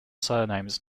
surnames